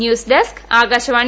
news desk Akashvani